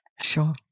Sure